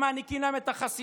והם מעניקים להם את החסינות.